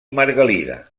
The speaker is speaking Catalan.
margalida